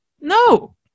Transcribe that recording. No